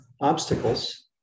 obstacles